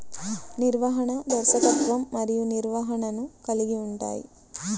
నిర్వహణ, దర్శకత్వం మరియు నిర్వహణను కలిగి ఉంటాయి